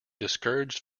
discouraged